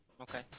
Okay